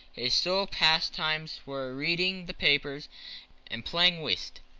his sole pastimes were reading the papers and playing whist.